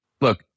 Look